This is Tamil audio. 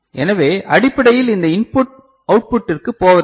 எனவே அடிப்படையில் இந்த இன்புட் அவுட்புட்டிற்குப் போவதில்லை